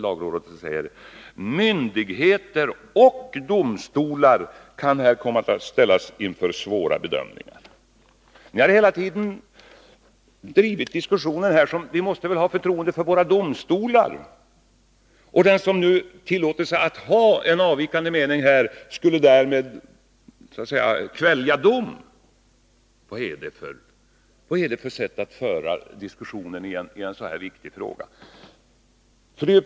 Lagrådet säger: ”Myndigheter och domstolar kan här komma att ställas inför svåra bedömningar.” Ni har hela tiden fört diskussionen med påpekanden om att vi väl måste ha förtroende för våra domstolar. Den som tillåter sig att ha en avvikande mening skulle så att säga kvälja dom. Vad är det för sätt att föra diskussionen i en så viktig fråga som denna?